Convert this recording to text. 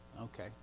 Okay